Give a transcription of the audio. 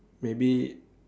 maybe